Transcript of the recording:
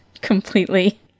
completely